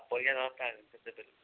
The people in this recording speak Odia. ପଇସା ଧରିଥା କେତେ